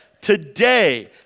today